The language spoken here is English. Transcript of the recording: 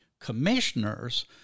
commissioners